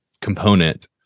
component